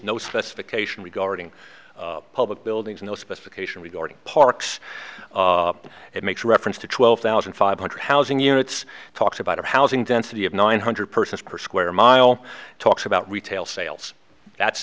no specification regarding public buildings in the specification regarding parks it makes reference to twelve thousand five hundred housing units talked about or housing density of nine hundred persons per square mile talks about retail sales that's